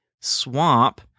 swamp